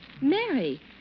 Mary